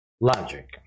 logic